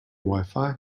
wifi